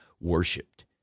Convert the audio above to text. worshipped